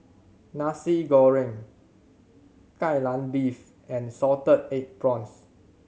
Nasi Goreng Kai Lan Beef and salted egg prawns